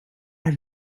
have